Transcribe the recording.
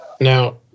Now